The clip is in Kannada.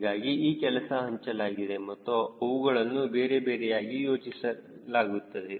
ಹೀಗಾಗಿ ಈ ಕೆಲಸ ಹಂಚಲಾಗಿದೆ ಮತ್ತು ಅವುಗಳನ್ನು ಬೇರೆಬೇರೆಯಾಗಿ ಯೋಚಿಸಬೇಕಾಗುತ್ತದೆ